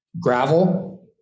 gravel